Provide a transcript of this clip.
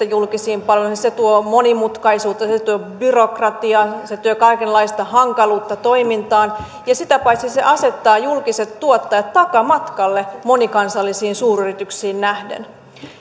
julkisiin palveluihin se tuo monimutkaisuutta se tuo byrokratiaa se tuo kaikenlaista hankaluutta toimintaan ja sitä paitsi se asettaa julkiset tuottajat takamatkalle monikansallisiin suuryrityksiin nähden